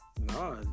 No